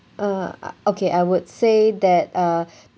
uh okay I would say that uh